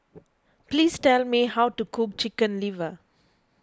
please tell me how to cook Chicken Liver